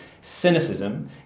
cynicism